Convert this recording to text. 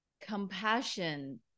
compassion